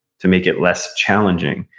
to make it less challenging.